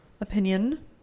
opinion